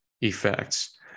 effects